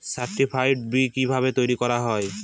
Certified B কিভাবে তৈরি করা যায়?